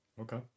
Okay